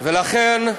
לכן,